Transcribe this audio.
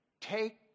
take